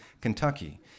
Kentucky